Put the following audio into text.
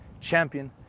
champion